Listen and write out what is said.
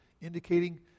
indicating